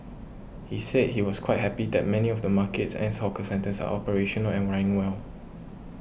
he said he was quite happy that many of the markets and hawker centres are operational and running well